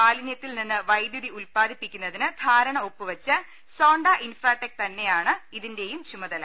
മാലിന്യത്തിൽ നിന്ന് വൈദ്യുതി ഉൽപ്പാദിപ്പിക്കുന്നതിന് ധാരണ ഒപ്പുവെച്ച സോൺട ഇൻഫ്രാടെകിന് തന്നെയാണ് ഇതി ന്റെയും ചുമതല